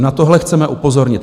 Na tohle chceme upozornit.